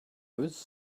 was